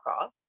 off